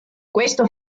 questo